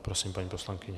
Prosím, paní poslankyně.